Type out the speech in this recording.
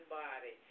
body